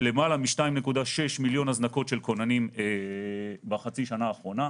למעלה מ-2.6 מיליון הזנקות של כוננים בחצי השנה האחרונה.